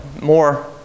more